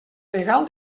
legal